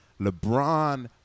LeBron